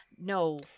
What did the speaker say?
No